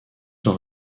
sont